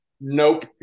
Nope